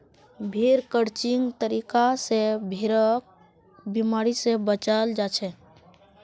भेड़ क्रचिंग तरीका स भेड़क बिमारी स बचाल जाछेक